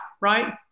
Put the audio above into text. right